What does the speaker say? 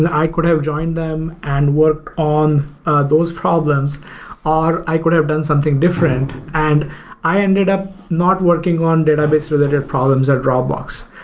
and i could have joined them and worked on those problems or i could have done something different. and i ended up not working on database related problems at dropbox.